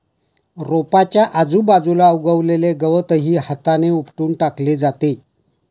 रोपाच्या आजूबाजूला उगवलेले गवतही हाताने उपटून टाकले जाते